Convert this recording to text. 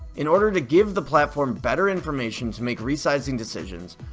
in order to give the platform better information to make resizing decisions,